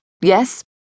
Yes